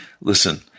Listen